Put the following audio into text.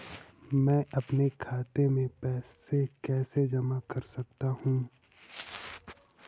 मैं अपने खाते में पैसे कैसे जमा कर सकता हूँ?